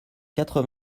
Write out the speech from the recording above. quatre